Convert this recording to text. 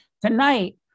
Tonight